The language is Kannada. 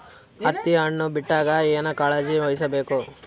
ಹತ್ತಿ ಹಣ್ಣು ಬಿಟ್ಟಾಗ ಏನ ಕಾಳಜಿ ವಹಿಸ ಬೇಕು?